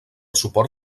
suport